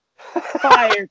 fire